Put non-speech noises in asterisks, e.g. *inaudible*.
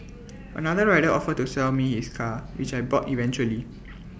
*noise* another rider offered to sell me his car which I bought eventually